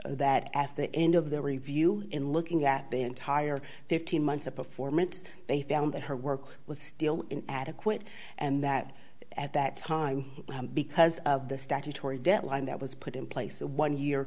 that at the end of the review in looking at the entire fifteen months of performance they found that her work was still in adequate and that at that time because of the statutory deadline that was put in place a one year